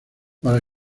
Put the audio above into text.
para